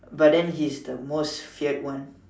but then he's the most feared one